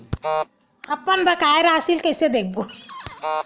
अपन बकाया राशि ला कइसे देखबो?